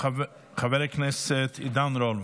חבר הכנסת עידן רול,